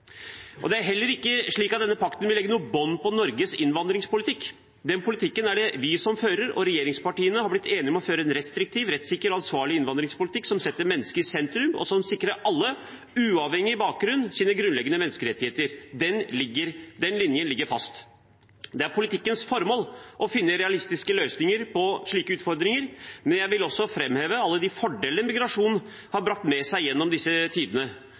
Kurz. Det er heller ikke slik at denne pakten vil legge noe bånd på Norges innvandringspolitikk. Den politikken er det vi som fører, og regjeringspartiene har blitt enige om å føre en restriktiv, rettssikker og ansvarlig innvandringspolitikk, som setter mennesket i sentrum og sikrer alle, uavhengig av bakgrunn, deres grunnleggende menneskerettigheter. Den linjen ligger fast. Politikkens formål er å finne realistiske løsninger på slike utfordringer, men jeg vil også framheve alle fordeler migrasjonen har brakt med seg gjennom tidene.